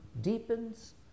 deepens